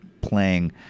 playing